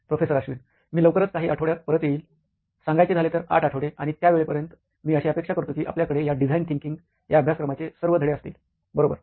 professor Ashwin मी लवकरच काही आठवड्यांत परत येईल सांगायचे झाले तर आठ आठवडे आणि त्यावेळेपर्यंत मी अशी अपेक्षा करतो की आपल्याकडे या डिझाइन थिंकींग या अभ्यासक्रमाचे सर्व धडे असतील बरोबर